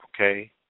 okay